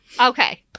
Okay